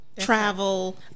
Travel